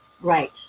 Right